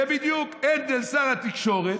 זה בדיוק, הנדל שר התקשורת.